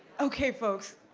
okay folks,